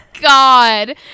God